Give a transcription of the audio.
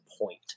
point